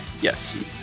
Yes